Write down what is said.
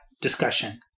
discussion